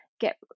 get